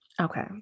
Okay